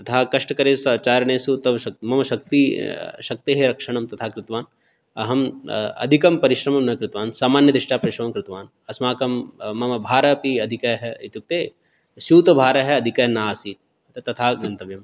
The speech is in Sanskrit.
तथा कष्टकरेषु चारणेषु तु म् मम शक्तिः शक्तेः रक्षणं तथा कृत्वा अहम् अधिकं परिश्रमं न कृतवान् सामान्यदृष्टा परिश्रमं कृतवान् अस्माकं मम भारः अपि अधिकः इत्युक्ते स्यूतभारः अधिकः न आसीत् तथा गन्तव्यं